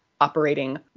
operating